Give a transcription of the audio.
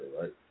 right